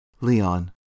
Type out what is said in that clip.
leon